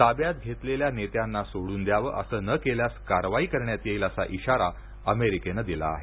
ताब्यात घेतलेल्या नेत्यांना सोडून द्यावं असं न केल्यास कारवाई करण्यात येईल असा इशारा अमेरिकेनं दिला आहे